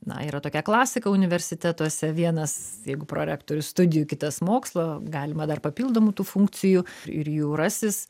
na yra tokia klasika universitetuose vienas jeigu prorektorius studijų kitas mokslo galima dar papildomų tų funkcijų ir jų rasis